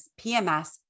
PMS